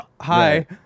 hi